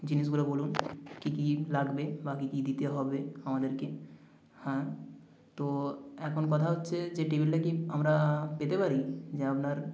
জিনিসগুলো বলুন কী কী লাগবে বা কী কী দিতে হবে আমাদেরকে হাঁ তো এখন কথা হচ্ছে যে টেবিলটা কি আমরা পেতে পারি যে আপনার